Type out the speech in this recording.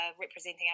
representing